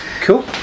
Cool